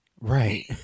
Right